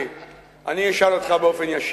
אני אשאל אותך באופן ישיר,